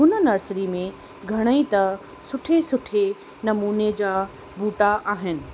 उन नर्सरी में घणई त सुठे सुठे नमूने जा ॿूटा आहिन